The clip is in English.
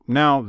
now